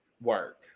Work